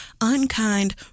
unkind